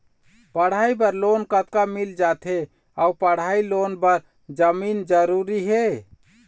पढ़ई बर लोन कतका मिल जाथे अऊ पढ़ई लोन बर जमीन जरूरी हे?